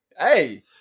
Hey